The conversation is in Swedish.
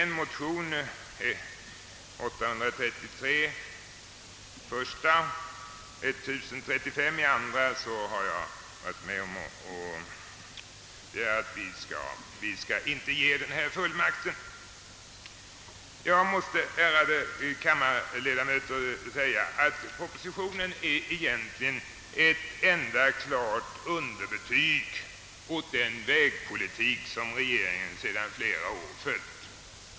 I motionerna I: 833 och II: 1035 har jag och några medmotionärer begärt att riksdagen inte skall ge den här fullmakten. Jag måste, ärade kammarledamöter, säga att propositionen egentligen är ett enda klart underbetyg åt den vägpolitik som regeringen sedan flera år fört.